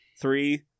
Three